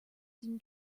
than